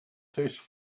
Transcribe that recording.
tastes